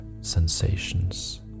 sensations